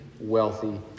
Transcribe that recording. wealthy